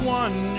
one